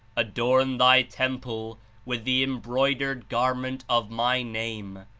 adorn thy temple with the embroidered garment of my name,